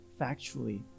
factually